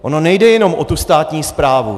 Ono nejde jenom o tu státní správu.